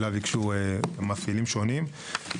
אליו ייגשו מאפיינים שונים.